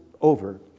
over